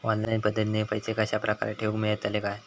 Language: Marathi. ऑनलाइन पद्धतीन पैसे कश्या प्रकारे ठेऊक मेळतले काय?